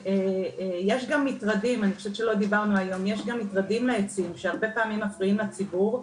יש גם מטרדים לעצים שהרבה פעמים מפריעים לציבור,